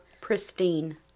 Pristine